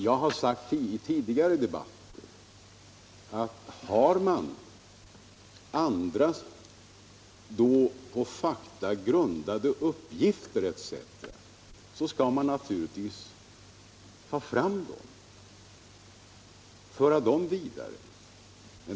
Jag har sagt i tidigare debatter att har man andra, på fakta grundade uppgifter, skall man naturligtvis ta fram dem och föra dem vidare.